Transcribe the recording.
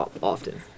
often